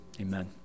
Amen